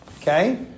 Okay